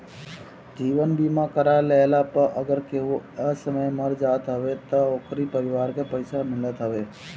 जीवन बीमा करा लेहला पअ अगर केहू असमय मर जात हवे तअ ओकरी परिवार के पइसा मिलत हवे